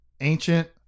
Ancient